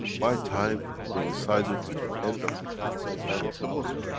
my time coincided with the end of the fasting time of the muslims,